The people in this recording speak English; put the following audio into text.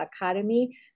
academy